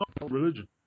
religion